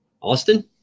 Austin